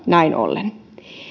näin ollen